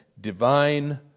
divine